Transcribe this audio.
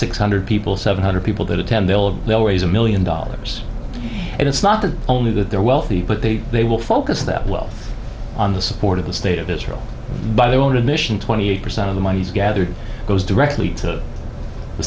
six hundred people seven hundred people that attend they'll of always a million dollars and it's not the only that they're wealthy but they they will focus that wealth on the support of the state of israel by their own admission twenty eight percent of the monies gathered goes directly to the